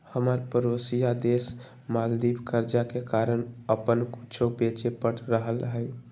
हमर परोसिया देश मालदीव कर्जा के कारण अप्पन कुछो बेचे पड़ रहल हइ